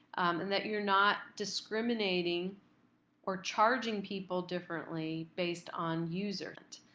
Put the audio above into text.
and that you're not discriminating or charging people differently based on user and